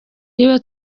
niba